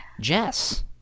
jess